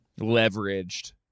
leveraged